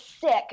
sick